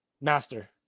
Master